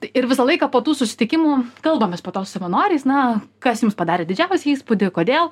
ir visą laiką po tų susitikimų kalbamės po to su savanoriais na kas jums padarė didžiausią įspūdį kodėl